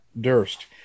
Durst